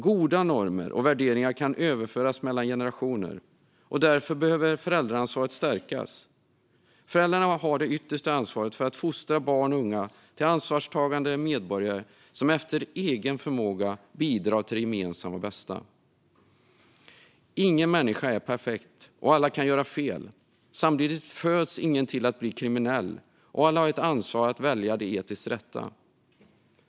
Goda normer och värderingar kan överföras mellan generationer, och därför behöver föräldraansvaret stärkas. Föräldrarna har det yttersta ansvaret för att fostra barn och unga till ansvarstagande medborgare som efter egen förmåga bidrar till det gemensamma bästa. Ingen människa är perfekt, och alla kan göra fel. Samtidigt föds ingen till att bli kriminell, och alla har ett ansvar välja det etiskt rätta.